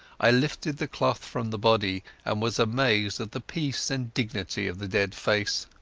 i lifted the cloth from the body and was amazed at the peace and dignity of the dead face.